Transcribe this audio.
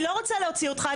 אני לא רוצה להוציא אותך.